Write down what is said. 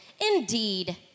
Indeed